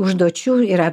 užduočių yra